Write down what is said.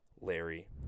Larry